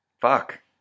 Fuck